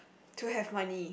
to have money